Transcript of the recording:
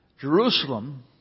Jerusalem